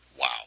Wow